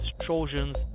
Trojans